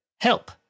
Help